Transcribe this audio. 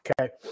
Okay